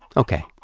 ok,